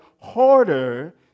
harder